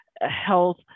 health